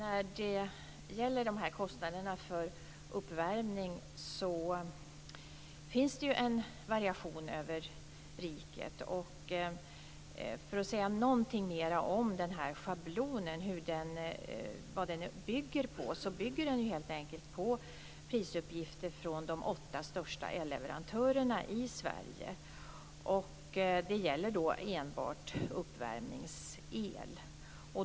Fru talman! När det gäller kostnaderna för uppvärmning finns det en variation över riket. För att säga någonting mer om vad schablonen bygger på, kan jag säga att den helt enkelt bygger på prisuppgifter från de åtta största elleverantörerna i Sverige. Det gäller enbart uppvärmningsel.